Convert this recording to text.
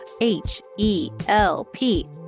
H-E-L-P